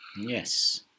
Yes